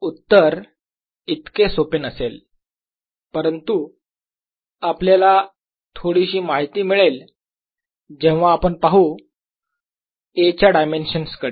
उत्तर इतके सोपे नसेल परंतु आपल्याला थोडीशी माहिती मिळेल जेव्हा आपण पाहू Aच्या डायमेन्शन्स कडे